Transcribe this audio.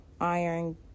iron